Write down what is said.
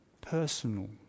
Personal